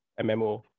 MMO